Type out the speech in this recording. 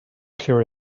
clear